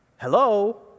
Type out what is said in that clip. hello